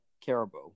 Caribou